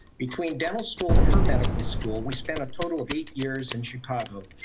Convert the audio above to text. between dental school and her medical school, we spent a total of eight years in chicago.